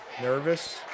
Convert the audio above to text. Nervous